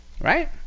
Right